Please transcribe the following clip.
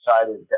excited